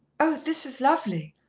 oh, this is lovely,